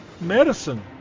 medicine